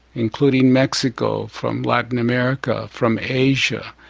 including mexico, from latin america, from asia.